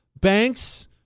banks